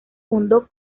fundó